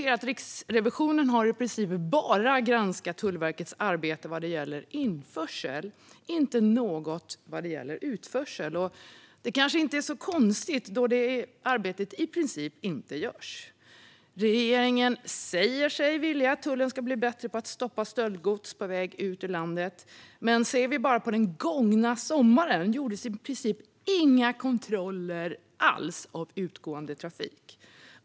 Riksrevisionen har i princip bara granskat Tullverkets arbete vad gäller införsel och inget vad gäller utförsel. Det är kanske inte så konstigt då det arbetet i princip inte görs. Regeringen säger att man vill att tullen ska bli bättre på att stoppa stöldgods på väg ut ur landet, men till exempel i somras gjordes i princip inga kontroller alls av utgående trafik.